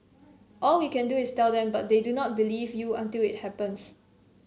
all we can do is tell them but they do not believe you until it happens